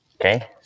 Okay